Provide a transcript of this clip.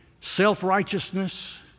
self-righteousness